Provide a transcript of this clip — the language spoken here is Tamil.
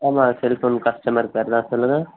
ஆமாம் செல் ஃபோன் கஸ்டமர் கேர் தான் சொல்லுங்கள்